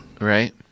right